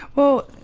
well,